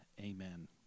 Amen